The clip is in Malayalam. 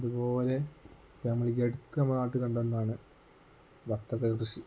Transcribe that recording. അതു പോലെ നമ്മൾ ഈയടുത്ത് നമ്മളുടെ നാട്ടിൽ കണ്ട ഒന്നാണ് വത്തക്ക കൃഷി